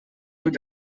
wird